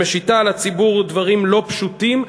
שמשיתה על הציבור דברים לא פשוטים,